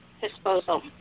disposal